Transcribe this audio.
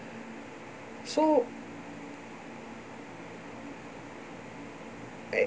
so uh